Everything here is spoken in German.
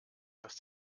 dass